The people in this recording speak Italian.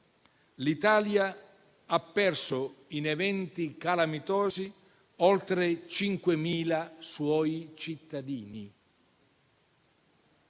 l'Italia ha perso in eventi calamitosi oltre 5.000 suoi cittadini